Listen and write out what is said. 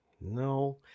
No